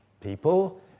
people